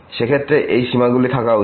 সেক্ষেত্রে এই সীমাগুলো থাকা উচিত